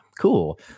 cool